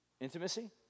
intimacy